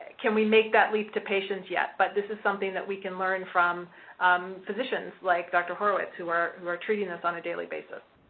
we make that leap to patients yet. but this is something that we can learn from physicians, like dr. horowitz, who are who are treating us on a daily basis.